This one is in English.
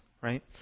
right